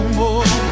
more